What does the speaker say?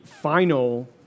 final